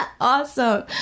awesome